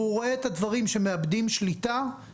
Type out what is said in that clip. והוא רואה שדברים מאבדים שליטה אנחנו